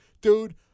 Dude